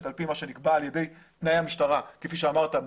על פי מה שנקבע על ידי תנאי המשטרה כפי שאמרת,